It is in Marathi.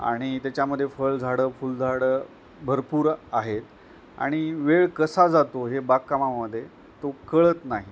आणि त्याच्यामध्ये फळ झाडं फुलझाडं भरपूर आहेत आणि वेळ कसा जातो हे बागकामामध्ये तो कळत नाही